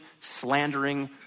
slandering